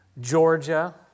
Georgia